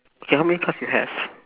K how many cards you have